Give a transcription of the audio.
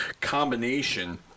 combination